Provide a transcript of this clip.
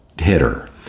hitter